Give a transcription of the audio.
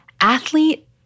athlete